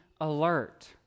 alert